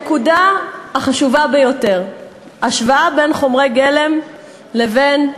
אבל למה אתם בונים רק